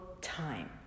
time